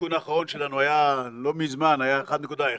העדכון האחרון שלנו לא מזמן היה 1.1,